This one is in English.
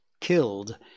killed